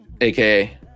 AKA